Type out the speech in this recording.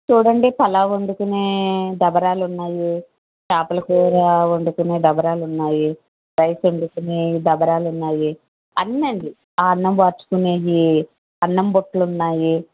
చూడండి పులావ్ వండుకునే దబరాలు ఉన్నాయి చేపల కూర వండుకునే దబరాలు ఉన్నాయి రైస్ వండుకునే దబరాలు ఉన్నాయి అన్నీఅండి అన్నం వార్చుకునేవి అన్నం బుట్టలు ఉన్నాయి